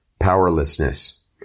Powerlessness